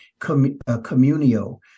communio